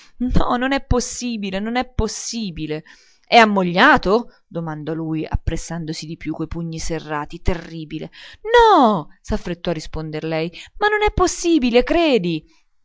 no non è possibile non è possibile è ammogliato domandò lui appressandosi di più coi pugni serrati terribile no s'affrettò a risponder lei ma non è possibile credi